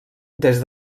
des